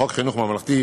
לחוק חינוך ממלכתי,